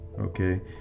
Okay